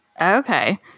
Okay